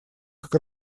как